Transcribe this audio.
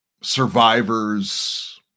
survivors